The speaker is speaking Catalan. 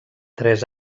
tres